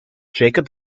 jacob